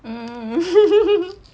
hmm